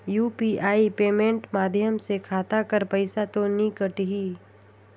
UPI payment माध्यम से खाता कर पइसा तो नी कटही?